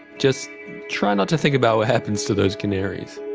just try not to think about what happens to those canaries.